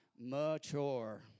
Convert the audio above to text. mature